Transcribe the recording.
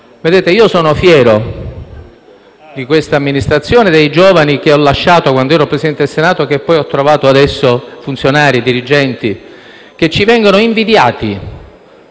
Io sono fiero di questa Amministrazione, dei giovani che ho lasciato quando ero Presidente del Senato, e che ho trovato adesso funzionari e dirigenti, che ci vengono invidiati